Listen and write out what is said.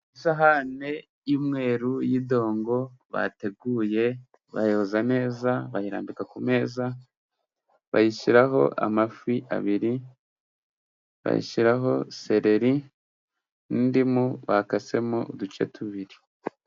Isahane y'umweru y'idongo bateguye, bayoza neza, bayirambika ku meza, bayishyiraho amafi abiri, bayishyiraho seleri n'indimu bakasemo uduce tubiri.